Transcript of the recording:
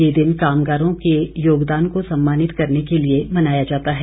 यह दिन कामगारों के योगदान को सम्मानित करने के लिए मनाया जाता है